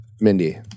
Mindy